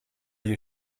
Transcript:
you